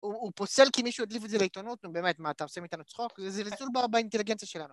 הוא פוסל כי מישהו הדליף את זה לעיתונות, נו באמת, מה, אתה עושה מאיתנו צחוק? זה לזלזל באינטליגנציה שלנו.